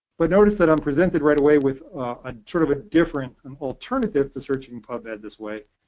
but notice that i'm presented right away with ah sort of a different and alternative to searching pubmed this way,